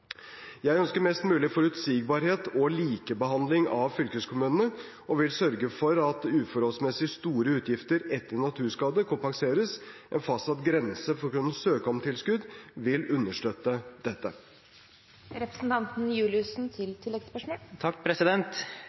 Jeg ønsker mest mulig forutsigbarhet og likebehandling av fylkeskommunene, og vil sørge for at uforholdsmessig store utgifter etter naturskade kompenseres. En fastsatt grense for å kunne søke om tilskudd vil understøtte